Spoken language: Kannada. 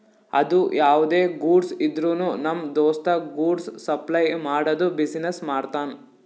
ಅದು ಯಾವ್ದೇ ಗೂಡ್ಸ್ ಇದ್ರುನು ನಮ್ ದೋಸ್ತ ಗೂಡ್ಸ್ ಸಪ್ಲೈ ಮಾಡದು ಬಿಸಿನೆಸ್ ಮಾಡ್ತಾನ್